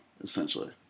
essentially